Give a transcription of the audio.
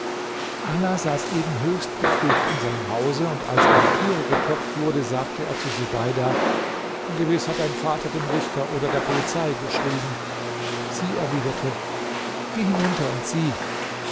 ala saß eben höchst betrübt in seinem hause und als an die türe geklopft wurde sagte er zu subeida gewiß hat dein vater dem richter oder der polizei geschrieben sie erwiderte geh hinunter und sieh